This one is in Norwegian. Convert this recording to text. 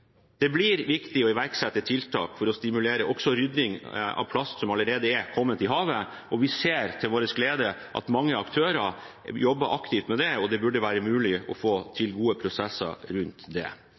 Det blir viktig å iverksette tiltak for å stimulere til rydding av plast som allerede er kommet i havet. Vi ser til vår glede at mange aktører jobber aktivt med det, og det burde være mulig å få